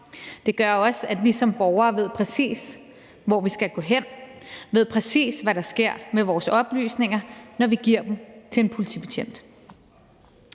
Det gør også, at vi som borgere præcis ved, hvor vi skal gå hen, og præcis ved, hvad der sker med vores oplysninger, når vi giver dem til en politibetjent.